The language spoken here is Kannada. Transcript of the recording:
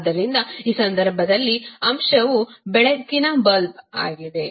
ಆದ್ದರಿಂದ ಈ ಸಂದರ್ಭದಲ್ಲಿ ಅಂಶವು ಬೆಳಕಿನ ಬಲ್ಬ್ ಆಗಿದೆ